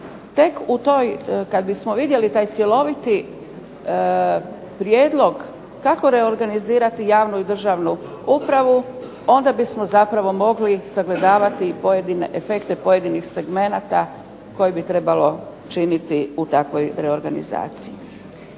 Tek u toj, kad bismo vidjeli taj cjeloviti prijedlog kako reorganizirati javnu i državnu upravu, onda bismo zapravo mogli sagledavati i pojedine, efekte pojedinih segmenata koje bi trebalo činiti u takvoj reorganizaciji.